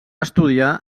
estudiar